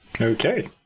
Okay